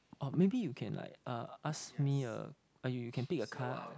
or maybe you can like uh ask me a or you you can pick a card